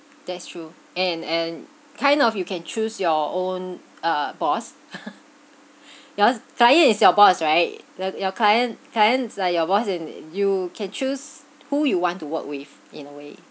that's true and and kind of you can choose your own uh boss yours client is your boss right the your client clients it's like your boss and and you can choose who you want to work with in a way